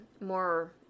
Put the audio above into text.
more